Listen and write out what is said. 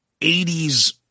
80s